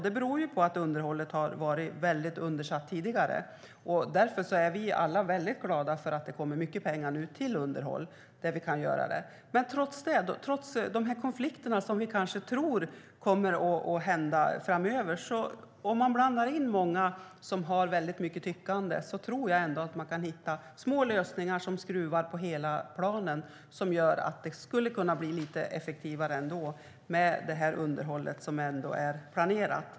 Det beror på att underhållet varit väldigt eftersatt tidigare. Därför är vi alla väldigt glada för att det kommer mycket pengar till underhåll. Trots de konflikter som vi kanske tror kommer framöver tror jag att man, om man blandar in många som har väldigt mycket tyckande, kan hitta små lösningar som skruvar på hela planen och som gör att det planerade underhållet kan bli lite effektivare.